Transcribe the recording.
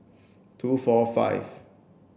two four five